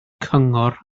cyngor